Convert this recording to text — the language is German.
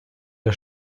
der